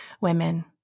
women